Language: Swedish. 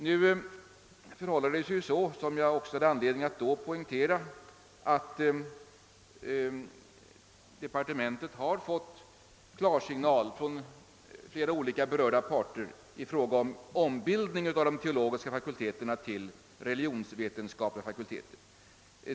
Det förhåller sig så — som jag också hade anledning att då framhålla — att departementet har fått klarsignal från flera berörda parter i fråga om ombildning av de teologiska fakulteterna till religionsvetenskapliga fakulteter.